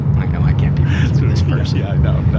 and i know i can't be friends with this person. yeah, no,